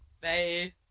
Bye